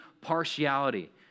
partiality